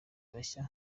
bashya